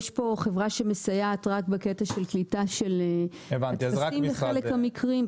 יש פה חברה שמסייעת רק בקטע של קליטת טפסים בחלק מהמקרים,